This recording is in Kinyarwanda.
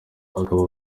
akaba